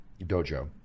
dojo